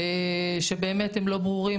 שבאמת הם לא ברורים,